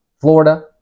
Florida